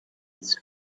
his